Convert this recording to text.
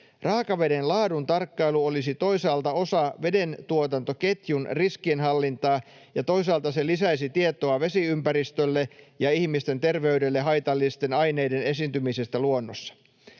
Raakaveden laadun tarkkailu olisi toisaalta osa vedentuotantoketjun riskienhallintaa, ja toisaalta se lisäisi tietoa vesiympäristölle ja ihmisten terveydelle haitallisten aineiden esiintymisestä luonnossa.